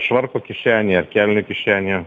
švarko kišenėje ar kelnių kišenėje